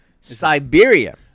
Siberia